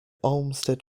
olmsted